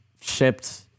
shipped